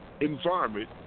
environment